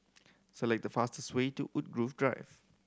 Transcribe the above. select the fastest way to Woodgrove Drive